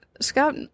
scott